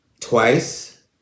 twice